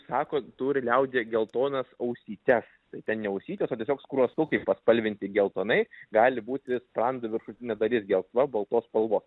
sako turi liaudyje geltonas ausytes tai ten ne ausytės o tiesiog skruostukai paspalvinti geltonai gali būti sprando viršutinė dalis gelsva baltos spalvos